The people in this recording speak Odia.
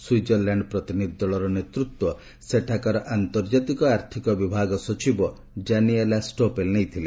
ସୁଇଜରଲାଣ୍ଡ ପ୍ରତିନିଧି ଦଳର ନେତୃତ୍ୱ ସେଠାକାର ଆର୍ନ୍ତଜାତିକ ଆର୍ଥିକ ବିଭାଗ ସଚିବ ଡାନିଏଲା ଷ୍ଟୋଫେଲ ନେଇଥିଲେ